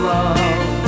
Love